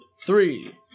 three